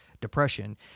depression